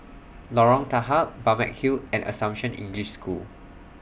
Lorong Tahar Balmeg Hill and Assumption English School